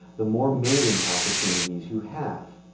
the more mating opportunities you have.